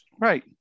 right